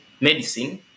medicine